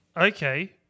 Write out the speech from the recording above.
Okay